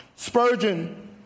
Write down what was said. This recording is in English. Spurgeon